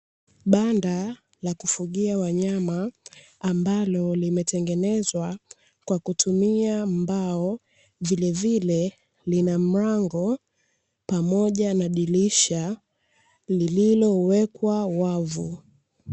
Banda la kufugia wanyama ambalo lilmetengenezwa kwa kutumia mbao, vilevile lina mlango pamoja na dirisha lililowekwa wavu.